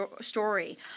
story